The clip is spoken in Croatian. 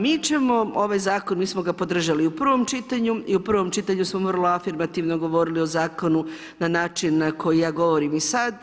Mi ćemo ovaj zakon, mi smo ga podržali i u prvom čitanju i u prvom čitanju smo vrlo afirmativno govorili o zakonu na način na koji ja govorim i sad.